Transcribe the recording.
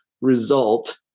result